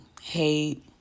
hate